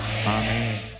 Amen